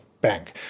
Bank